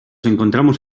encontramos